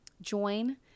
join